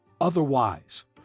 Otherwise